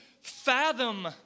fathom